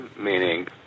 meaning